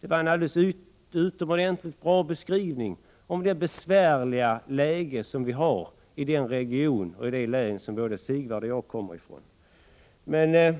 Det var en utomordentligt bra beskrivning av det besvärliga läge vi har i den region och det län som Sigvard och jag kommer ifrån. Men